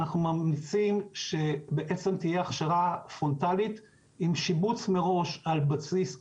אנחנו ממליצים שבעצם תהיה הכשרה פרונטלית עם שיבוץ מראש על בסיס OJT,